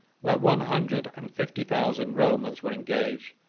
where one hundred and fifty thousand romans were engaged,